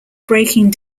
breaking